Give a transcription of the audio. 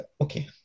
Okay